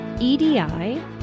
EDI